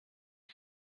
提供